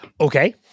Okay